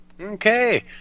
Okay